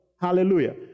Hallelujah